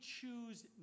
choose